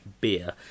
Beer